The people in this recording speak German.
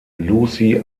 lucy